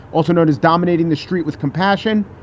also known as dominating the street with compassion.